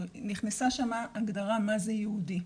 נכנסה שם הגדרה מי הוא יהודי,